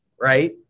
right